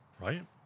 right